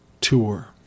tour